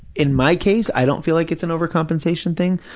in my case, i don't feel like it's an overcompensation thing.